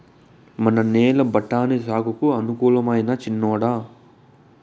మన నేల బఠాని సాగుకు అనుకూలమైనా చిన్నోడా